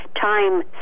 time